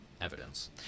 evidence